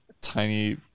tiny